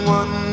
one